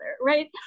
right